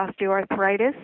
osteoarthritis